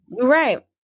Right